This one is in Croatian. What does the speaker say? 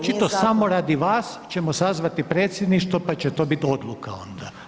Očito samo radi vas ćemo sazvati Predsjedništvo pa će to biti odluka onda.